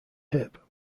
hip